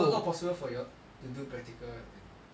not possible for you all to do practical right